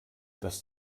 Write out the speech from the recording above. dass